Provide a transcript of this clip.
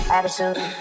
Attitude